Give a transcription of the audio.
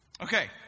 Okay